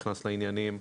נכנס לעניינים.